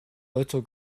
little